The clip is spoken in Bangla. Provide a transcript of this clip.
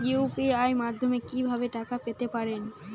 ইউ.পি.আই মাধ্যমে কি ভাবে টাকা পেতে পারেন?